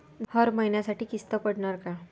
हर महिन्यासाठी किस्त पडनार का?